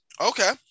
Okay